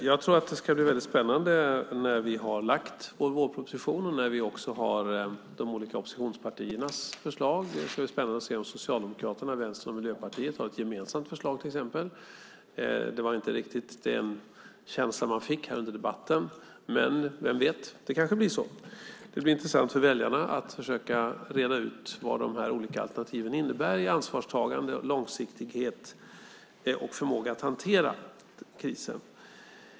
Fru talman! Det ska bli väldigt spännande när vi har lagt fram vår vårproposition och när vi har de olika oppositionspartiernas förslag att se till exempel om Socialdemokraterna, Vänstern och Miljöpartiet har ett gemensamt förslag. Det var inte riktigt den känslan man fick under debatten här. Men vem vet - det kanske blir så. Det blir intressant för väljarna att försöka reda ut vad de olika alternativen innebär i ansvarstagande, långsiktighet och förmåga att hantera krisen.